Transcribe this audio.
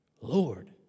Lord